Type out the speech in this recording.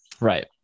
right